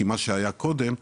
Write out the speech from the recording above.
כי מה שהיה קודם,